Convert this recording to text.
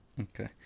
Okay